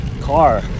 car